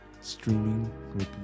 streaming